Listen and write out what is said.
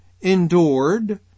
endured